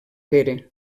pere